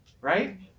Right